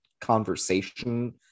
conversation